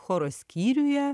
choro skyriuje